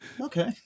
okay